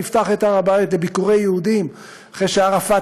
נפתח את הר-הבית לביקורי יהודים אחרי שערפאת